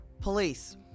Police